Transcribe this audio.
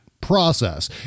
process